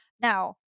Now